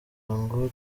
ngo